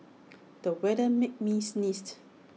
the weather made me sneeze